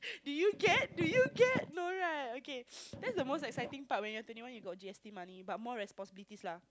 do you get do you get no right okay that's the most exciting part when you're twenty one you got G_S_T money but more responsibilities lah